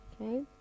Okay